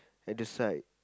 at the side